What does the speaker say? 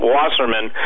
Wasserman